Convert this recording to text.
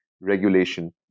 regulation